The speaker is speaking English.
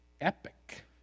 epic